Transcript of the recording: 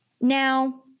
Now